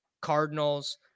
Cardinals